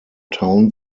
town